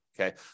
Okay